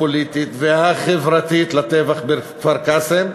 הפוליטית והחברתית לטבח בכפר-קאסם,